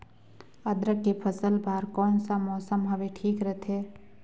अदरक के फसल बार कोन सा मौसम हवे ठीक रथे?